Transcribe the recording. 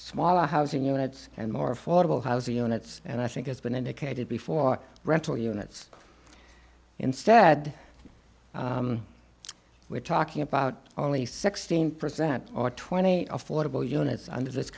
smaller housing units and more affordable housing units and i think it's been indicated before rental units instead we're talking about only sixteen percent or twenty affordable units under this